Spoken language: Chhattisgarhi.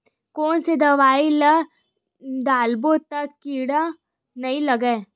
कोन से दवाई ल डारबो त कीड़ा नहीं लगय?